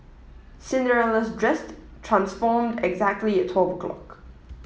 Cinderella's dress transformed exactly at twelve o'clock